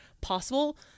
possible